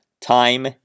time